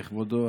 כבודו,